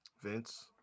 Vince